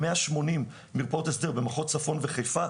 180 מרפאות הסדר במחוז צפון וחיפה,